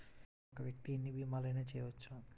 ఒక్క వ్యక్తి ఎన్ని భీమలయినా చేయవచ్చా?